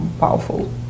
powerful